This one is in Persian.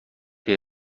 های